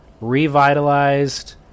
revitalized